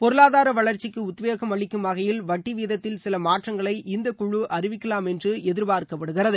பொருளாதாரவளர்ச்சிக்குஉத்வேகம் அளிக்கும் வகையில் வட்டிவீதத்தில் சிலமாற்றங்களை இந்த குழு அறிவிக்கலாம் என்றுஎதிர்பார்க்கப்படுகிறது